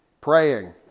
Praying